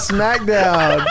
Smackdown